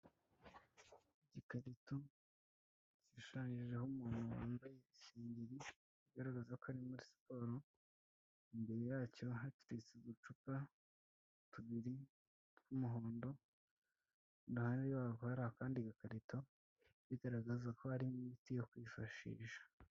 Ikarito ishushanyijeho umuntu wambaye isegeri igaragaza ko ari muri siporo imbere yacyo hateretse uducupa tubiri tw'umuhondo impande yako hari akandi gakarito bigaragaza ko harimo imiti yo kwifashisha.